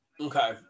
okay